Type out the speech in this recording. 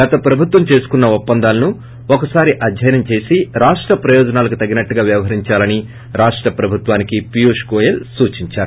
గత ప్రభుత్వం చేసుకున్న ఒప్పందాలను ఒకసారి అధ్యయనం చేసి రాష్ట్ర ప్రయోజనాలకు ్తగినట్లుగా వ్యవహరించాలని రాష్ట ప్రభుత్వానికి పియూష్ గోయల్ సూచించారు